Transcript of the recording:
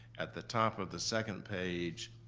at the top of the second page,